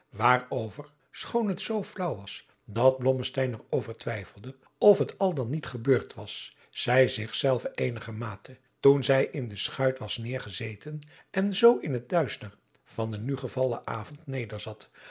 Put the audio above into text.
waarover schoon het zoo flaauw was dat blommesteyn er over twijfelde of het al dan niet gebeurd was zij zich zelve eenigermate toen zij in de schuit was neêrgezeten en zoo in het duister van den nu gevallen avond nederzat